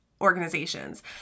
organizations